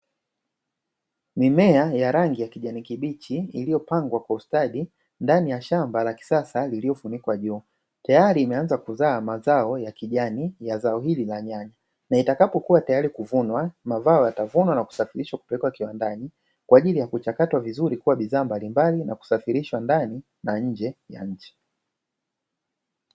Mimea ya rangi ya kijani kibichi iliyopangwa kwa ustadi ndani ya shamba la kisasa lililofunikwa juu. Tayari imeanza kuzaa mazao ya kijani ya zao hili la nyanya, na itakapokuwa tayari kuvunwa mazao yatavunwa na kusafirishwa kupelekwa kiwandani kwa ajili ya kuchakatwa vizuri kuwa bidhaa mbalimbali, na kusafirishwa ndani na nje ya nchi.